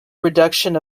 reduction